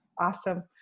Awesome